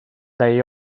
they